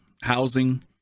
housing